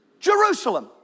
Jerusalem